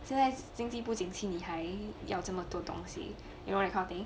现在经济不景气你还要这么多东西 you know that kind of thing